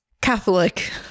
Catholic